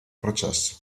processo